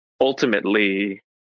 Ultimately